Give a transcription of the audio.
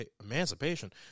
Emancipation